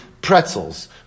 Pretzels